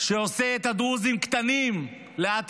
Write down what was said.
שעושה את הדרוזים קטנים ליד היהודים.